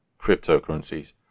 cryptocurrencies